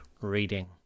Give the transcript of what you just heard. reading